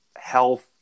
health